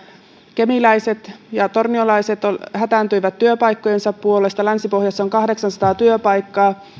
kemiläiset ja torniolaiset hätääntyivät työpaikkojensa puolesta länsi pohjassa on kahdeksansataa työpaikkaa